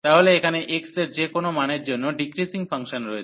তাহলে এখানে x এর যে কোনও মানের জন্য ডিক্রিজিং ফাংশন রয়েছে